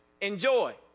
enjoy